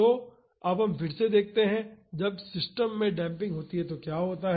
तो अब फिर से देखते हैं कि जब सिस्टम में डेम्पिंग होती है तो क्या होता है